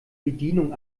bedienung